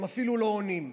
הם אפילו לא עונים.